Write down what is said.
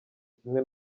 kimwe